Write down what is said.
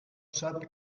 sap